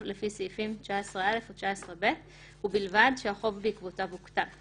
לפי סעיפים 19א או 19ב ובלבד שהחוב בעקבותיו הוקטן".